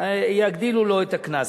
יגדילו לו את הקנס.